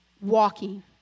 Walking